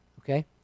Okay